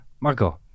Marco